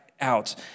out